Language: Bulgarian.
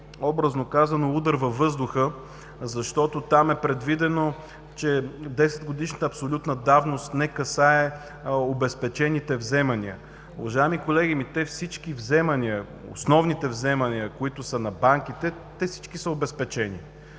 образно казано удар във въздуха, защото там е предвидено, че 10-годишна абсолютна давност не касае обезпечените вземания. Уважаеми колеги, те всички вземания – основните вземания, които са на банките, те всички са обезпечени